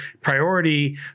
priority